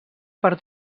per